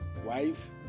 Wife